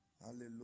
Hallelujah